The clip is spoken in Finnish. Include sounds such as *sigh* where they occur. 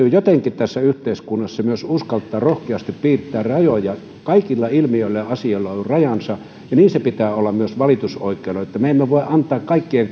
täytyy jotenkin tässä yhteiskunnassa myös uskaltaa rohkeasti piirtää rajoja kaikilla ilmiöillä ja asioilla on on rajansa ja niin pitää olla myös valitusoikeudella että me emme voi antaa kaikkien *unintelligible*